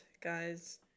Guys